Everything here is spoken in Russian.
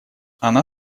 она